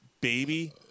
baby